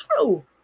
true